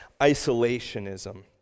isolationism